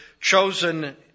chosen